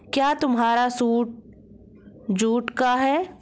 क्या तुम्हारा suit jute का है?